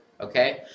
okay